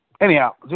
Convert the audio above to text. Anyhow